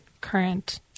current